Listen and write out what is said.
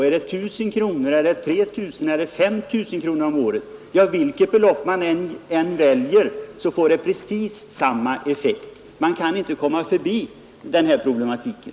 Är det 1 000 kronor, 3 000 kronor, 5 000 kronor om året? Vilket belopp man än väljer får det precis samma effekt. Man kan inte komma förbi den här problematiken.